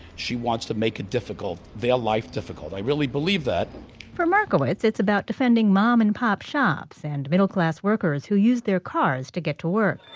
she wants to make it difficult, their life difficult. i really believe that for markowitz, it's about defending mom-and-pop shops, and middle-class workers who use their cars to get to work